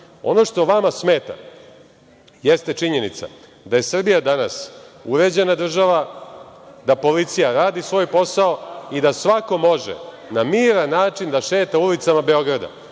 što vama smeta, jeste činjenica da je Srbija danas uređena država, da policija radi svoj posao i da svako može na miran način da šeta ulicama Beograda,